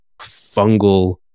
fungal